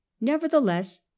Nevertheless